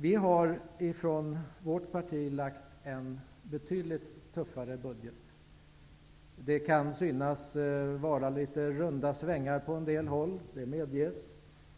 Vårt parti har lagt fram förslag om en betydligt tuffare budget. Det kan synas vara litet runda svängar på en del håll. Det medges.